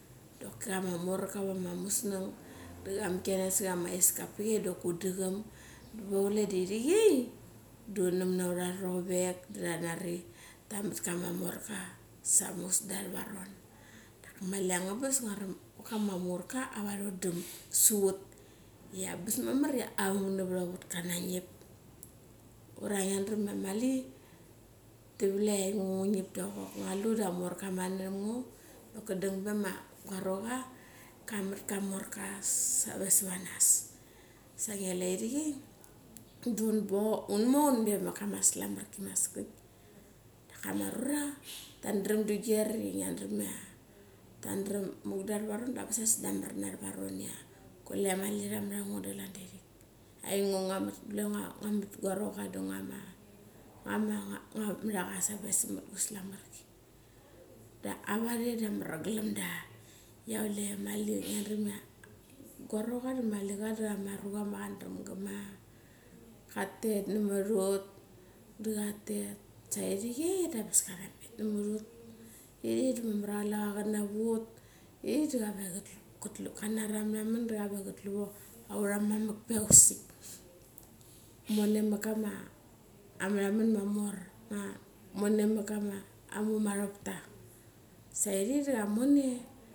Doki kama morka ava ma musnang doki kamikina sa kama aiska avak pik doki, udacham. Diwa chule diwa iri chei da unam na ura rovek da tanari da tamat ka morka samuk sda aravaron. Dak mali angabas ngoram ka ma morka ava ro dam sava ra ut ia angabas mamar ia aung navat aut kana ngip. Ura ngia daram ia mali tiwlek ia ngo ngu ngip, dok ngua lu da amorka ka mat naram ngo. Doki dang be ma guarocha kamat ka morka save savaranas. Sa ngilu ia irichei, da un mo un bea mat kama slamarki ma sagaik. Dak kama arura da tadram ti guer, i ngia dram ia tandram i muk da ara raron da angabas ia sdamar da ara raron ia kule mali tamat ango dia klan da irik. Kule ngua mat guarocha save samat ka slamark. Dak ava re da amar glam da ia kule mali ngia daram ia gorocha mali chi chama rucha mali katet namat ut. Dat ka tet, sa iri chei da anga bas kana metut. Iri chei da mamar ia kule cha. Irik da mamar ia kule cha kanaut. Irik da kave kanari aura maraman da kave ka tlu ra ura mamak pe ia ausik moni matkama maramon ma mor, ma moni mat kama muma ropta. Sa irik da cha mone.